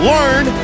Learn